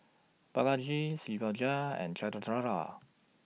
Balaji Shivaji and Chandrasekaran